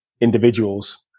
individuals